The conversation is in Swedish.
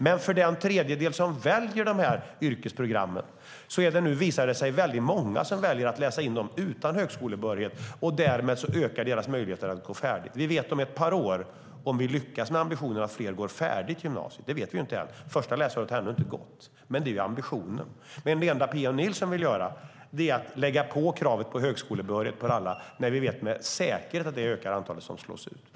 Men för den tredjedel som väljer dessa yrkesprogram visar det sig nu vara många som väljer att läsa in dem utan högskolebehörighet. Därmed ökar deras möjligheter att gå färdigt. Vi vet om ett par år om vi lyckas med ambitionen att fler går färdigt gymnasiet. Det vet vi inte än. Det första läsåret har ännu inte gått. Detta är ambitionen, men det enda Pia Nilsson vill göra är att lägga på kravet på högskolebehörighet på alla när vi vet med säkerhet att det ökar det antal som slås ut.